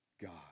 God